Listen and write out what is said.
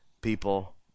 people